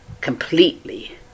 completely